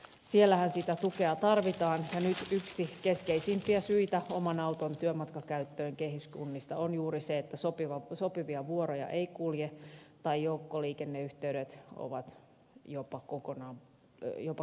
siellähän sitä tukea tarvitaan ja nyt yksi keskeisimpiä syitä oman auton työmatkakäyttöön kehyskunnista on juuri se että sopivia vuoroja ei kulje tai joukkoliikenneyhteydet jopa kokonaan puuttuvat